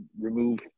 remove